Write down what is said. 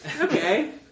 Okay